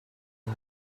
and